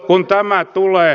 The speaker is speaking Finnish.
kun tämä tulee